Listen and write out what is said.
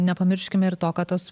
nepamirškime ir to kad tos